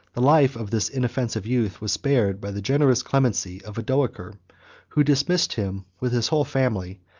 the life of this inoffensive youth was spared by the generous clemency of odoacer who dismissed him, with his whole family,